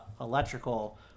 electrical